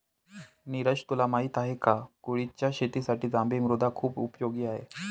निरज तुला माहिती आहे का? कुळिथच्या शेतीसाठी जांभी मृदा खुप उपयोगी आहे